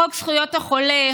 חוק זכויות החולה,